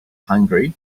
hungry